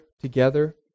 together